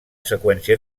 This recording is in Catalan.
seqüència